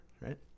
Right